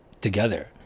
together